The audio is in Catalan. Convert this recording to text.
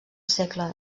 segle